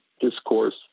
discourse